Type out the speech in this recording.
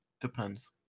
Depends